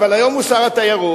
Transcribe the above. אבל היום הוא שר התיירות,